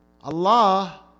Allah